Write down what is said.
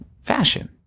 fashion